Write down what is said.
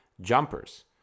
jumpers